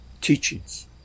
teachings